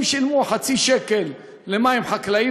אם שילמו חצי שקל למים חקלאיים,